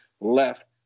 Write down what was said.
left